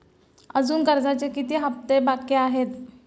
अजुन कर्जाचे किती हप्ते बाकी आहेत?